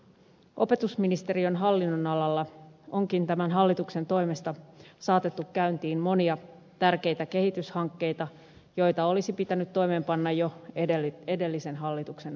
opetusministeriön hallinnonalalla onkin tämän hallituksen toimesta saatettu käyntiin monia tärkeitä kehityshankkeita joita olisi pitänyt toimeenpanna jo edellisen hallituksen aikana